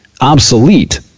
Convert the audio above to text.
obsolete